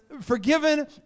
forgiven